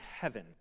heaven